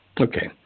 Okay